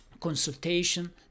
consultation